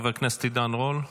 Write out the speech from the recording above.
חבר הכנסת עידן רול,